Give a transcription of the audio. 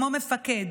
כמו מפקד.